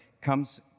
comes